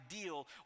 ideal